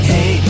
Hey